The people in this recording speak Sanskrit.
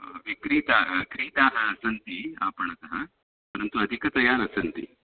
विक्रीताः क्रीताः सन्ति आपणतः परन्तु अधिकतया न सन्ति